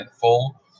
full